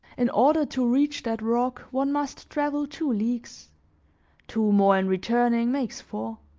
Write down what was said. in order to reach that rock, one must travel two leagues two more in returning makes four.